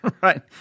Right